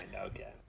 Okay